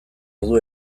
ordu